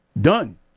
done